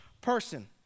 person